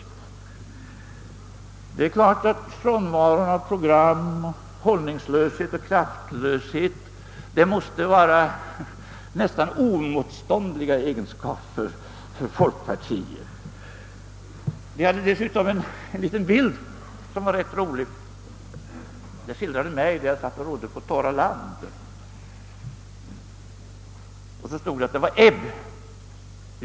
Och det är klart att programlösheten, hållningslösheten och kraftlösheten måste vara nära nog oemotståndliga egenskaper för folkpartiet. Tidningen hade dessutom en ganska rolig bild. Den visade mig, när jag satt och rodde på torra land, och i texten stod att det var ebb.